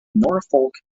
norfolk